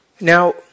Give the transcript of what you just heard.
Now